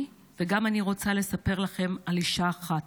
וגם אני רוצה לספר לכם על אישה אחת,